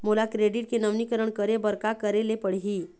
मोला क्रेडिट के नवीनीकरण करे बर का करे ले पड़ही?